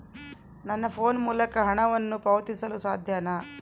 ನನ್ನ ಫೋನ್ ಮೂಲಕ ಹಣವನ್ನು ಪಾವತಿಸಲು ಸಾಧ್ಯನಾ?